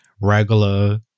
regular